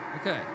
Okay